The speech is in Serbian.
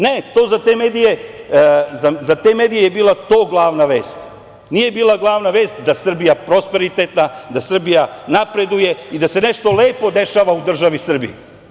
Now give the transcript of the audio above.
Ne, za te medije je to bila glavna vest, nije bila glavna vest da je Srbija prosperitetna, da Srbija napreduje i da se nešto lepo dešava u državi Srbiji.